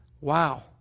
Wow